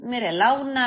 మీరు ఎలా వున్నారు